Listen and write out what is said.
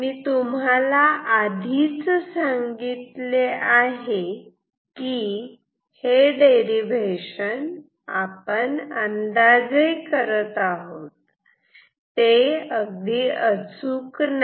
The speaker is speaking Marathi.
आणि मी तुम्हाला आधीच सांगितले आहे कि हे डेरिवेशन आपण अंदाजे करत आहोत ते अचूक नाही